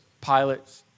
pilots